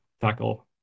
tackle